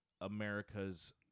America's